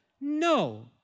No